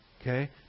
Okay